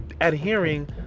adhering